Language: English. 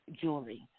jewelry